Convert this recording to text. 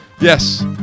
Yes